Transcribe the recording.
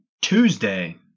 Tuesday